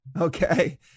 Okay